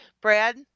Brad